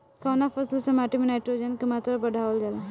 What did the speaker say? कवना फसल से माटी में नाइट्रोजन के मात्रा बढ़ावल जाला?